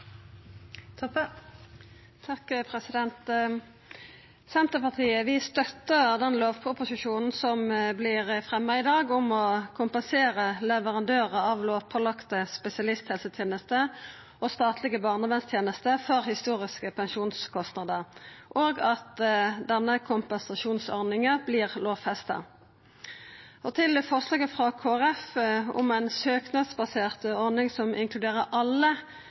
Senterpartiet støttar den lovproposisjonen som vert fremja i dag, om å kompensera leverandørar av lovpålagde spesialisthelsetenester og statlege barnevernstenester for historiske pensjonskostnadar, og at denne kompensasjonsordninga vert lovfesta. Vi støttar òg forslaget frå Kristeleg Folkeparti om ei søknadsbasert ordning som inkluderer alle